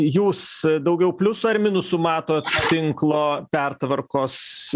jūs daugiau pliusų ar minusų matot tinklo pertvarkos